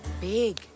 big